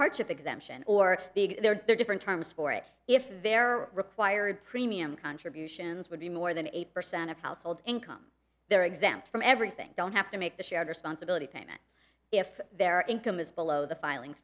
hardship exemption or big there are different terms for it if there are required premium contributions would be more than eight percent of household income they're exempt from everything don't have to make the shared responsibility payment if their income is below the filing